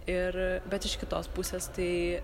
ir bet iš kitos pusės tai